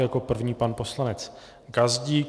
Jako první pan poslanec Gazdík.